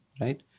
Right